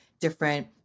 different